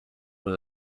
was